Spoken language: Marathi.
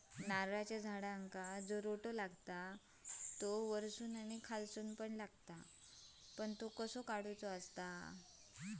नारळाच्या झाडांका जो रोटो लागता तो वर्सून आणि खालसून पण लागता तो कसो काडूचो?